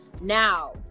now